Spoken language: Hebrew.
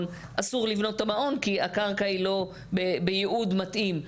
אסור לבנות את המעון כי הקרקע היא לא ביעוד מתאים.